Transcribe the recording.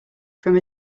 from